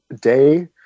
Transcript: day